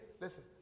Listen